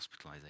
hospitalisation